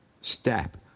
step